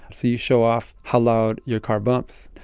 so you show off how loud your car bumps,